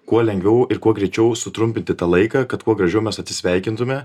kuo lengviau ir kuo greičiau sutrumpinti tą laiką kad kuo gražiau mes atsisveikintume